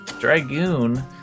Dragoon